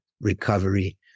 recovery